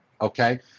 Okay